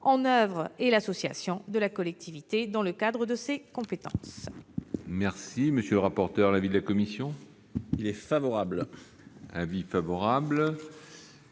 en oeuvre et l'association de la collectivité dans le cadre de ses compétences.